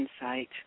insight